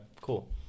cool